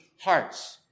hearts